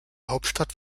hauptstadt